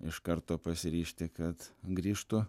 iš karto pasiryžti kad grįžtų